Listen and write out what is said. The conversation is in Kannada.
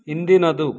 ಹಿಂದಿನದು